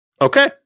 Okay